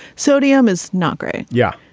sodium is not great. yeah.